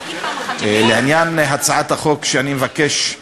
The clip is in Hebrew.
לעניין הצעת החוק שאני מבקש להגיש,